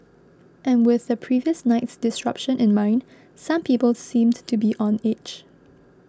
and with the previous night's disruption in mind some people seemed to be on edge